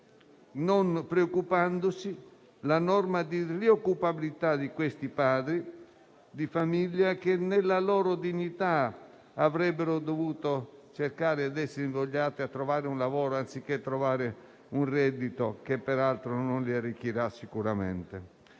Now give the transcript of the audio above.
non preoccupandosi la norma della rioccupabilità di questi padri di famiglia che nella loro dignità avrebbero dovuto cercare di essere invogliati a trovare un lavoro anziché un reddito che peraltro non li arricchirà sicuramente.